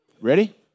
Ready